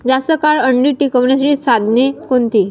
जास्त काळ अंडी टिकवण्यासाठी साधने कोणती?